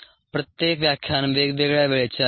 प्रत्येक व्याख्यान वेगवेगळ्या वेळेची असेल